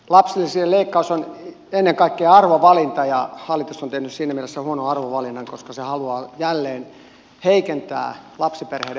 lapsilisien leikkaus on ennen kaikkea arvovalinta ja hallitus on tehnyt siinä mielessä huonon arvovalinnan koska se haluaa jälleen heikentää lapsiperheiden asemaa